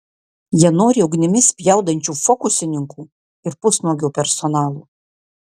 jie nori ugnimi spjaudančių fokusininkų ir pusnuogio personalo